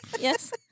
Yes